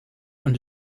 und